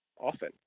often